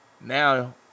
Now